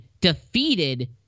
defeated